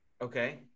Okay